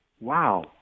wow